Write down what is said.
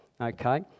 okay